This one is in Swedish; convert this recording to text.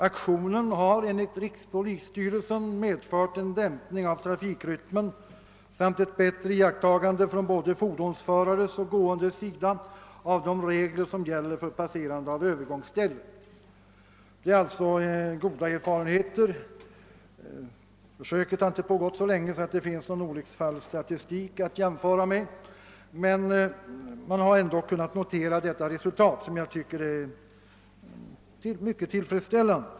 Aktionen har enligt rikspolisstyrelsen medfört en dämpning av trafikrytmen samt ett bättre iakttagande från både fordonsförares och gåendes sida av de regler som gäller för passerande av övergångsställe. Det är alltså goda erfarenheter. Försöket har inte pågått så länge, att det finns någon olycksfallsstatistik att jämföra med, men man har ändå kunnat notera detta resultat som jag tycker är mycket tillfredsställande.